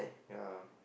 ya